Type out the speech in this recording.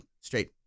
straight